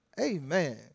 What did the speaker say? Amen